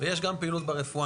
ויש גם פעילות ברפואה.